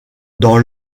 dans